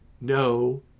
no